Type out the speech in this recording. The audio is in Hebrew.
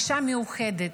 אישה מיוחדת,